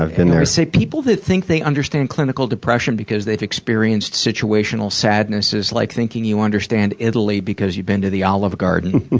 i've been there. people that think they understand clinical depression because they've experienced situational sadness is like thinking you understand italy because you've been to the olive garden.